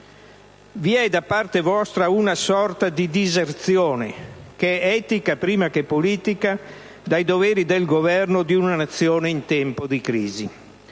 Vi è da parte vostra una sorta di diserzione, che è etica prima che politica, dai doveri del governo di una Nazione in tempo di crisi.